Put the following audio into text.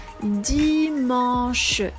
Dimanche